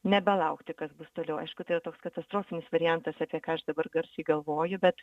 nebelaukti kas bus toliau aišku tai toks katastrofinis variantas apie ką aš dabar garsiai galvoju bet